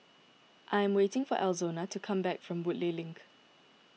I am waiting for Alonza to come back from Woodleigh Link